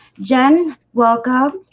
jen welcome